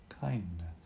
kindness